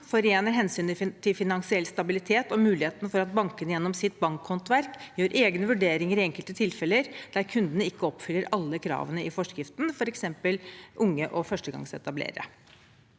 forener hensynet til finansiell stabilitet og muligheten for at bankene gjennom sitt bankhåndverk gjør egne vurderinger i enkelte tilfeller der kunden ikke oppfyller alle kravene i forskriften, f.eks. unge og førstegangsetablerere.